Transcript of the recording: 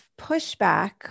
pushback